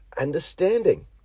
understanding